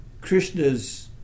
Krishna's